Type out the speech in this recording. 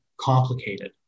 complicated